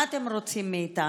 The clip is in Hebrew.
מה אתם רוצים מאיתנו?